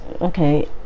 okay